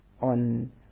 on